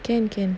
can can